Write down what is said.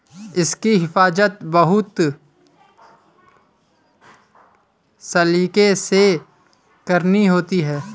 इसकी हिफाज़त बहुत सलीके से करनी होती है